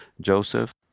Joseph